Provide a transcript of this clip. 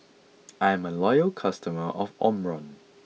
I'm a loyal customer of Omron